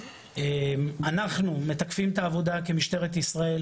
אנחנו מתקפים את העבודה כמשטרת ישראל,